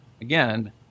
again